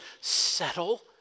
Settle